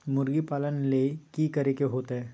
मुर्गी पालन ले कि करे के होतै?